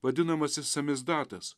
vadinamasis samizdatas